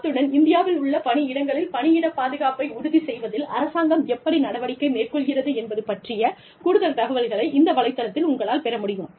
அத்துடன் இந்தியாவில் உள்ள பணியிடங்களில் பணியிட பாதுகாப்பை உறுதி செய்வதில் அரசாங்கம் எப்படி நடவடிக்கை மேற்கொள்கிறது என்பது பற்றிய கூடுதல் தகவல்களை இந்த வலைதளத்தில் உங்களால் பெற முடியும்